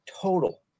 total